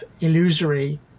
illusory